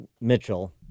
Mitchell